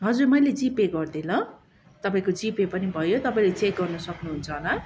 हजुर मैले जिपे गरिदिएँ ल तपाईँको जिपे पनि भयो तपाईँले चेक गर्नु सक्नुहुन्छ होला